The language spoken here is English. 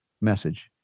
message